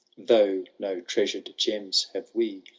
though no treasured gems have we.